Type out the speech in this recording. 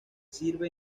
sirve